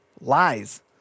lies